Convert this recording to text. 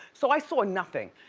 so i saw nothing,